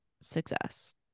success